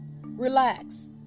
relax